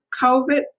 COVID